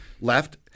left